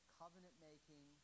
covenant-making